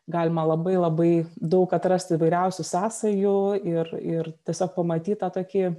galima labai labai daug atrast įvairiausių sąsajų ir ir tiesiog pamatyt tą tokį